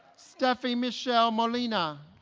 steffy michelle molina